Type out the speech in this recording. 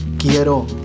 quiero